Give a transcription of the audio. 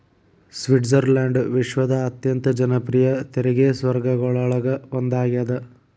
Switzerland ವಿಶ್ವದ ಅತ್ಯಂತ ಜನಪ್ರಿಯ ತೆರಿಗೆ ಸ್ವರ್ಗಗಳೊಳಗ ಒಂದಾಗ್ಯದ